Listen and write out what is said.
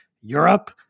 Europe